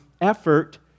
effort